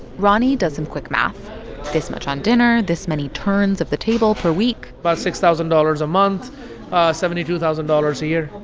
roni does some quick math this much on dinner, this many turns of the table per week about but six thousand dollars a month seventy two thousand dollars a year,